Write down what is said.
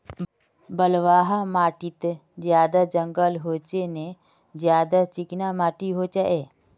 बलवाह माटित ज्यादा जंगल होचे ने ज्यादा चिकना माटित होचए?